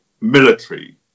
military